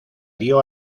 dio